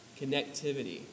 connectivity